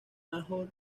major